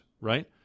right